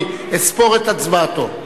אני אספור את הצבעתו.